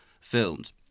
filmed